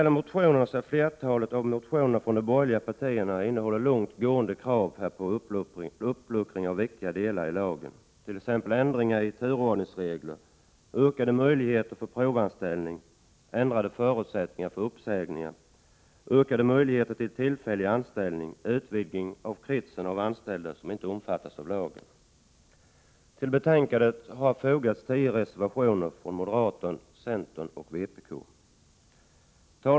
Flertalet av motionerna från de borgerliga partierna innehåller långt gående krav på uppluckringar av viktiga delar av lagen, t.ex. ändringar av turordningsregler, ökade möjligheter till provanställning, ändrade förutsättningar för uppsägning, ökade möjligheter till tillfälliga anställningar och utvidgning av kretsen av anställda som inte omfattas av lagen. Till betänkandet har fogats tio reservationer från moderaterna, centern och vpk.